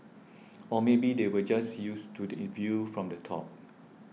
or maybe they were just used to the Yi view from the top